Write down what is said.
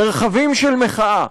מרחבים של מחאה.